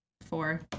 four